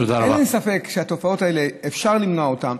אין לי ספק שהתופעות האלה, אפשר למנוע אותן.